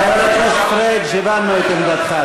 חבר הכנסת פריג', הבנו את עמדתך.